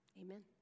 Amen